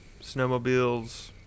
snowmobiles